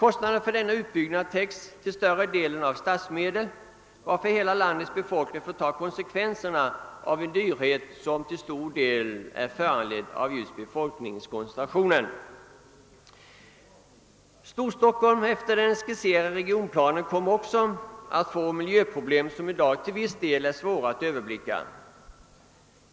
Utgifterna bestrids emeliertid till större delen av statsmedel, varför hela landets befolkning får ta konsekvenserna av en dyrbar utbyggnad som till stor del är föranledd av befolkningskoncentrationen. Storstockholm kommer enligt den skisserade regionplanen också att få miljöproblem som i dag till viss del är svåra att överblicka.